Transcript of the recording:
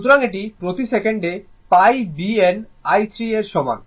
সুতরাং এটি প্রতি সেকেন্ডে π b n i 3 এর সমান